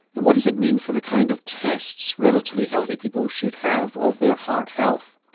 and what does it mean for the kind of tests relatively healthy people should have of their heart health?